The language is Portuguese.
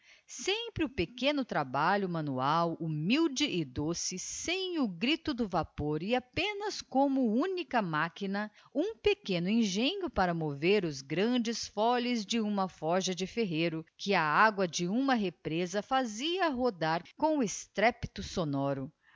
sempre o pequeno trabalho manual humilde e doce sem o grito do vapor e apenas como única machina um pequeno engenho para mover os grandes folies de uma forja de ferreiro que a agua de uma represa íazia rodar com estrépito sonoro